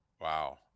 Wow